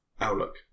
outlook